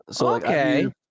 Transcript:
Okay